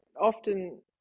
often